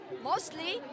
Mostly